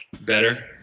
better